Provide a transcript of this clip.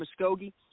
Muskogee